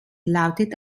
lautet